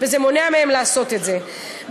זה מונע מהן לעשות את זה היום,